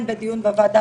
בין אם בדיון בוועדה,